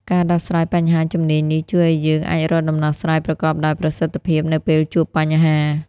ការដោះស្រាយបញ្ហាជំនាញនេះជួយឲ្យយើងអាចរកដំណោះស្រាយប្រកបដោយប្រសិទ្ធភាពនៅពេលជួបបញ្ហា។